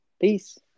Peace